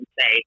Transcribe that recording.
say